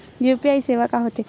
UPI सेवा का होथे?